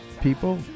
people